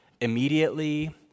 immediately